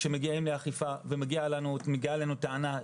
כשמגיעים לאכיפה ומגיעה אלינו טענה,